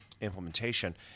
implementation